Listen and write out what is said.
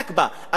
הזכרת יום הנכבה,